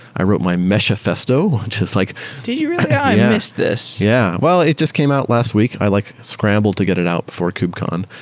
i wrote my meshafesto, which is like did you really? i missed this yeah. well, it just came out last week. i like scrambled to get it out before kubecon.